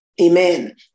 Amen